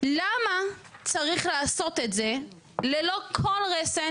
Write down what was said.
למה צריך לעשות את זה ללא כל רסן